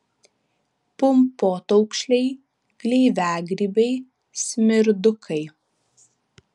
pumpotaukšliai gleiviagrybiai smirdukai